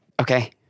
Okay